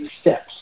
steps